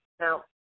Now